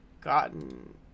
gotten